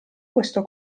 questo